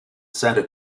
santa